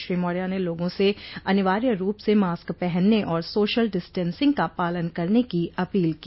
श्री मौर्या ने लोगों से अनिवार्य रूप से मास्क पहनने और सोशल डिस्टिंसिंग का पालन करने की अपील की